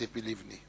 ציפי לבני.